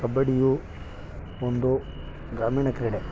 ಕಬಡ್ಡಿಯು ಒಂದು ಗ್ರಾಮೀಣ ಕ್ರೀಡೆ